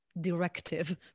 directive